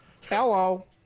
hello